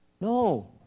No